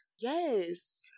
Yes